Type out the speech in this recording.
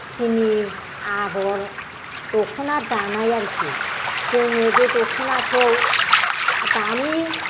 सुथिनि आगर दखना दानाय आरोखि जोङो बे दख'नाखौ दानि